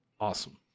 awesome